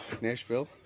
Nashville